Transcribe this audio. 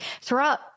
throughout